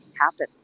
happen